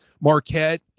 Marquette